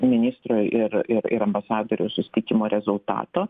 ministro ir ir ir ambasadorių susitikimo rezultato